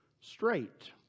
straight